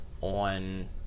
on –